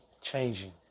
changing